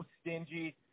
stingy